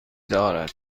دارد